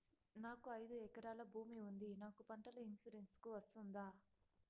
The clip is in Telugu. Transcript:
నాకు ఐదు ఎకరాల భూమి ఉంది నాకు పంటల ఇన్సూరెన్సుకు వస్తుందా?